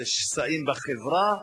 זה שסעים בחברה.